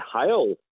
hail